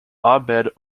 ahmed